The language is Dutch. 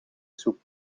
soep